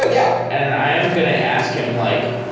ah yeah and i am going to ask him like,